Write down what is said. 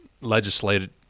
legislated